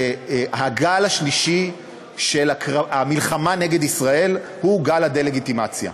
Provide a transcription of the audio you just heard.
הגל השלישי של המלחמה נגד ישראל הוא גל הדה-לגיטימציה.